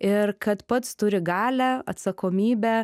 ir kad pats turi galią atsakomybę